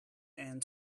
end